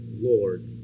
Lord